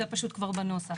זה פשוט כבר בנוסח.